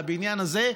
לבניין הזה,